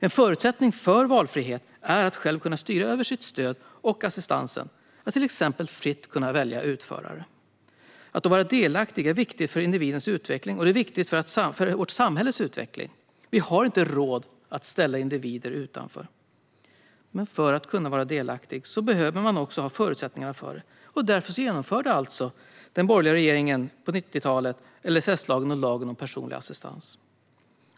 En förutsättning för valfrihet är att man själv kan styra över sitt stöd och sin assistans - att man till exempel fritt kan välja utförare. Att vara delaktig är viktigt för individens utveckling, och det är viktigt för vårt samhälles utveckling. Vi har inte råd att ställa individer utanför. Men för att kunna vara delaktig behöver man också ha förutsättningarna för detta. Därför genomförde den borgerliga regeringen på 90-talet LSS-lagen och lagen om personlig assistans.